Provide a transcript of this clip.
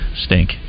stink